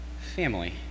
family